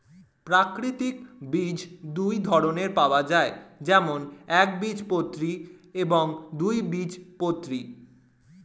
প্রাকৃতিক বীজ দুই ধরনের পাওয়া যায়, যেমন একবীজপত্রী এবং দুই বীজপত্রী